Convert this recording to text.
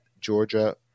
Georgia